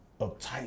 uptight